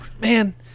Man